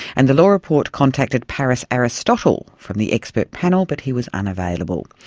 and the law report contacted paris aristotle from the expert panel, but he was unavailable.